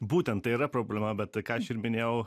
būtent tai yra problema bet tai ką aš ir minėjau